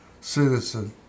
citizen